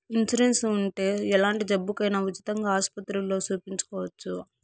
insurance ఉంటే ఎలాంటి జబ్బుకైనా ఉచితంగా ఆస్పత్రుల్లో సూపించుకోవచ్చు